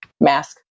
mask